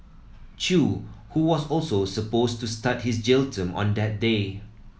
Chew who was also supposed to start his jail term on that day